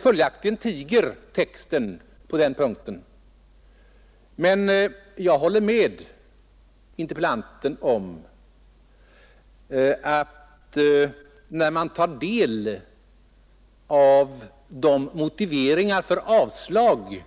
Följaktligen tiger texten på den punkten. Men jag håller med interpellanten om att man blir betänksam när man tar del av de motiveringarna för de avslag